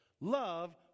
Love